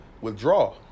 withdraw